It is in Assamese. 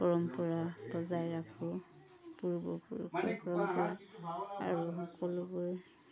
পৰম্পৰা বজাই ৰাখোঁ পূৰ্বপুৰুষসকলক আৰু সকলোবোৰ